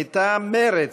מטעם מרצ: